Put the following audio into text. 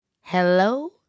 hello